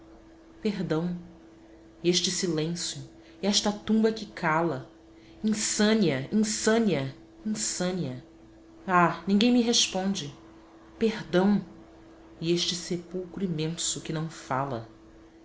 e este silêncio e esta tumba que cala insânia insânia insânia ah ninguém me responde perdão e este sepulcro imenso que não fala